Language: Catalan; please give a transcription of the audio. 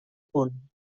punt